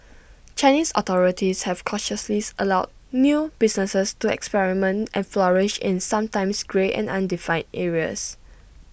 Chinese authorities have cautiously allowed new businesses to experiment and flourish in sometimes grey and undefined areas